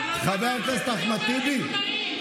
חבר הכנסת אחמד טיבי,